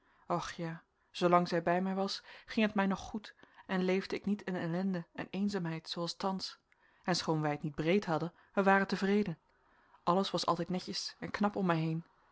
och ja zoolang zij bij mij was ging het mij nog goed en leefde ik niet in ellende en eenzaamheid zooals thans en schoon wij het niet breed hadden wij waren tevreden alles was altijd netjes en knap om mij heen